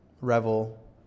Revel